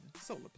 solar